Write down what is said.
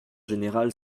général